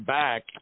back